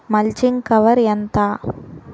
Mulching cover ఎంత?